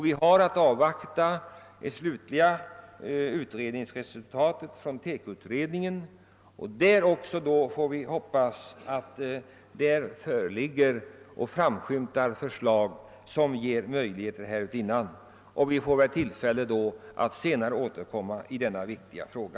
Vi har att avvakta TEKO-utredningens slutliga resultat. Vi får då hoppas att av denna utrednings resultat framskymtar förslag som ger möjligheter härutinnan. Vi får då tillfälle att återkomma till denna viktiga fråga.